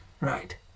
Right